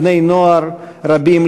ובני-נוער רבים,